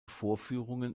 vorführungen